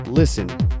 listen